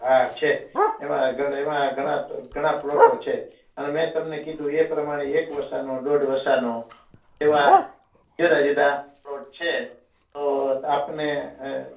હાં છે એમાં ઘર એમાં ઘણા ઘણા પ્લોટો છે અન મેં તમને કીધું એ પ્રમાણે એક ઓસાનો દોઢ ઓસાનો એવા જુદા જુદા પ્લોટ છે તો આપને